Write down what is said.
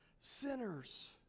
sinners